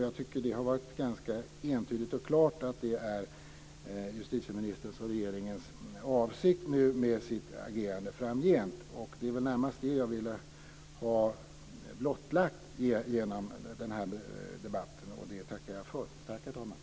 Jag tycker att det har varit ganska entydigt och klart att det är justitieministerns och regeringens avsikt med sitt agerande framgent. Det är närmast det jag ville ha blottlagt genom den här debatten, och det tackar jag för. Tack, herr talman!